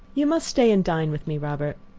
you must stay and dine with me, robert.